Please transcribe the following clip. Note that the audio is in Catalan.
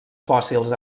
fòssils